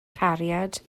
cariad